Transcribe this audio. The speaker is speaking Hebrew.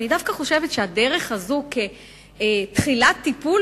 אני דווקא חושבת שהדרך הזאת כתחילת טיפול